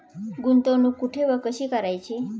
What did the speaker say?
गुंतवणूक कुठे व कशी करायची?